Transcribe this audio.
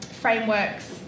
frameworks